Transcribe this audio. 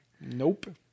Nope